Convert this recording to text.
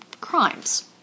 crimes